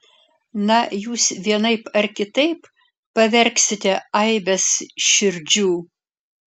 na jūs vienaip ar kitaip pavergsite aibes širdžių